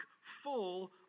full